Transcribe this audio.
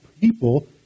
people